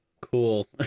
Cool